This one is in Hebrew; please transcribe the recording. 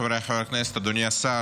חבריי חברי הכנסת, אדוני השר,